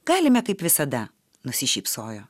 galime kaip visada nusišypsojo